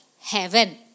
heaven